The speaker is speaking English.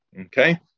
Okay